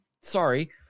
sorry